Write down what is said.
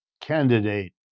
candidate